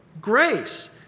grace